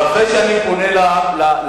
ואחרי שאני פונה אל השר,